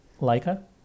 leica